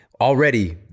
already